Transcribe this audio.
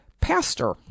pastor